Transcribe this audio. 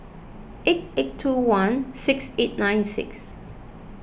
eight eight two one six eight nine six